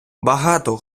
багато